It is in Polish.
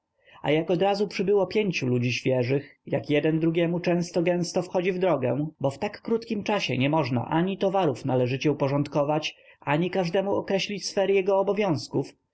jak odrazu przybyło pięciu ludzi świeżych jak jeden drugiemu często gęsto wchodzi w drogę bo w tak krótkim czasie nie można ani towarów należycie uporządkować ani każdemu określić sfery jego obowiązków